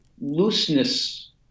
looseness